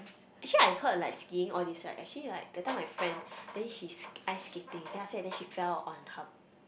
actually I heard like skiing all these right actually like that time my friend then he's ice skating then after that then she fell on her